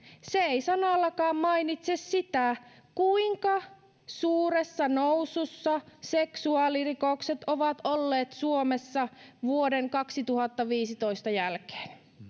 se ei sanallakaan mainitse sitä kuinka suuressa nousussa seksuaalirikokset ovat olleet suomessa vuoden kaksituhattaviisitoista jälkeen